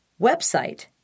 website